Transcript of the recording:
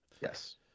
Yes